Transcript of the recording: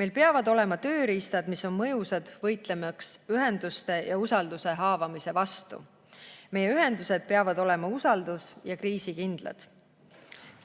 Meil peavad olema tööriistad, mis on mõjusad, võitlemaks ühenduste ja usalduse haavamise vastu. Meie ühendused peavad olema usaldus- ja kriisikindlad.